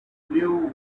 blew